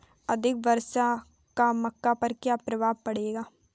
अधिक वर्षा का मक्का पर क्या प्रभाव पड़ेगा?